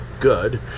good